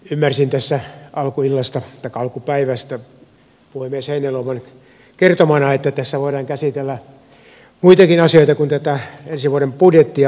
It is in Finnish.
ymmärsin tässä alkupäivästä puhemies heinäluoman kertomana että tässä voidaan käsitellä muitakin asioita kuin tätä ensi vuoden budjettia